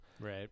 Right